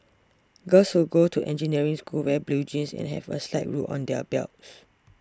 girls who go to engineering school wear blue jeans and have a slide rule on their belts